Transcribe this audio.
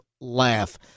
laugh